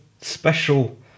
special